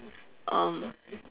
um